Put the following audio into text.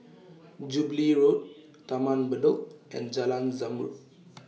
Jubilee Road Taman Bedok and Jalan Zamrud